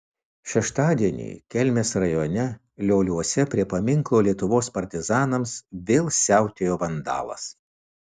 šeštadienį kelmės rajone lioliuose prie paminklo lietuvos partizanams vėl siautėjo vandalas